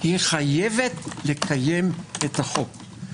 היא חייבת לקיים את החוק.